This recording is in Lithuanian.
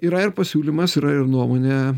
yra ir pasiūlymas yra ir nuomonė